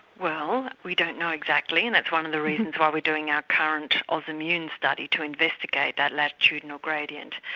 well, we don't know exactly, and that's one of the reasons why we're doing our current oz immune study, to investigate that latitudinal gradient.